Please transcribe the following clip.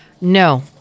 No